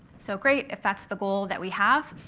so great. if that's the goal that we have,